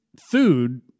food